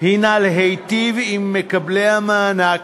היא להיטיב עם מקבלי המענק,